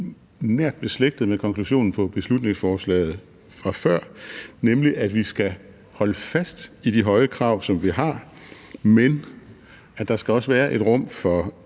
nært beslægtet med konklusionen på beslutningsforslaget fra før, nemlig at vi skal holde fast i de høje krav, som vi har, men at der også skal være et rum for